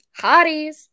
hotties